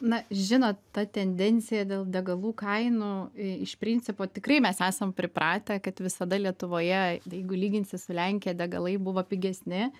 na žinot ta tendencija dėl degalų kainų iš principo tikrai mes esam pripratę kad visada lietuvoje jeigu lyginsi su lenkija degalai buvo pigesni